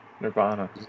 Nirvana